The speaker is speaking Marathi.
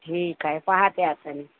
ठीक आहे पाहते आता मी